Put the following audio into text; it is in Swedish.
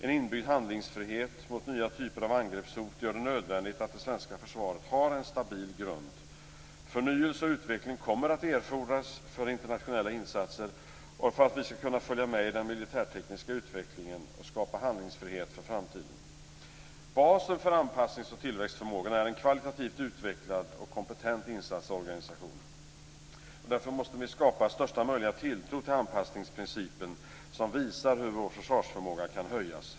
En inbyggd handlingsfrihet mot nya typer av angreppshot gör det nödvändigt att det svenska försvaret har en stabil grund. Förnyelse och utveckling kommer att erfordras för internationella insatser och för att vi skall kunna följa med i den militärtekniska utvecklingen och skapa handlingsfrihet för framtiden. Basen för anpassnings och tillväxtförmågan är en kvalitativt utvecklad och kompetent insatsorganisation. Därför måste vi skapa största möjliga tilltro till anpassningsprincipen, som visar hur vår försvarsförmåga kan höjas.